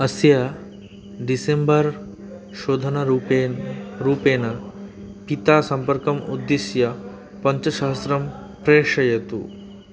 अस्य डिसेम्बर् शोधनरूपेण रूपेण पिता सम्पर्कम् उद्दिश्य पञ्चसहस्रं प्रेषयतु